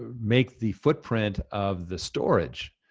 ah make the footprint of the storage,